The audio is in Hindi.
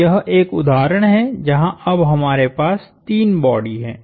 तो यह एक उदाहरण है जहां अब हमारे पास 3 बॉडी हैं